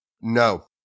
No